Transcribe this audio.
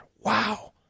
Wow